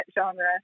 genre